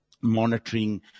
monitoring